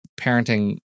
parenting